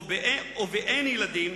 ובאין ילדים,